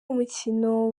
umukino